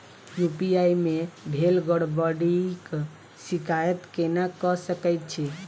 UPI मे भेल गड़बड़ीक शिकायत केना कऽ सकैत छी?